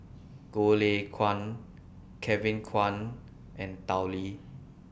Goh Lay Kuan Kevin Kwan and Tao Li